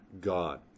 God